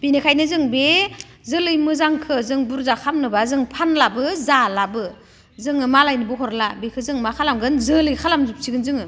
बेनिखायनो जों बे जोलै मोजांखौ जों बुरजा खालामनोबा जों फानलाबो जालाबो जोङो मालायनोबो हरला बेखौ जों मा खालामगोन जोलै खालामजोबसिगोन जोङो